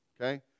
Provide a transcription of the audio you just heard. okay